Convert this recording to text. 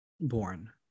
born